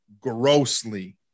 grossly